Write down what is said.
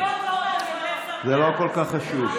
זה לא כל כך חשוב.